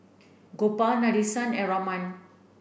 Gopal Nadesan and Raman